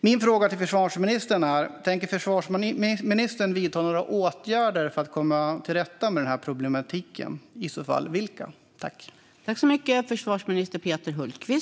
Min fråga till försvarsministern är: Tänker försvarsministern vidta några åtgärder för att komma till rätta med problematiken och i så fall vilka?